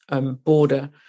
border